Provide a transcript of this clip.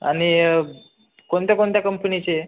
आणि कोणत्या कोणत्या कंपनीचे आहे